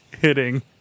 Hitting